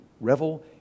revel